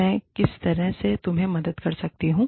मैं किस तरह से तुम्हें मदद कर सकता हुँ